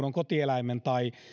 on kotieläimen tai